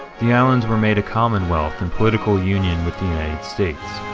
the islands were made a commonwealth in political union with the united states.